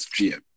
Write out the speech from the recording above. GM